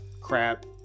crap